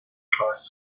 class